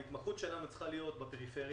ההתמחות שלנו צריכה להיות בפריפריה,